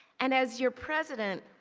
and as your president,